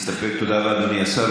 כן, יהיה דיון בוועדת הכספים.